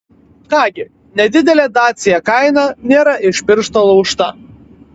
ką gi nedidelė dacia kaina nėra iš piršto laužta